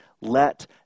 let